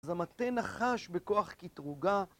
זה מטה נחש בכוח קטרוגה